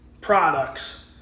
products